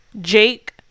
Jake